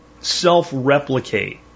self-replicate